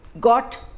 got